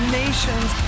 nations